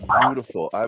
Beautiful